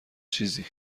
چیزی